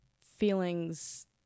feelings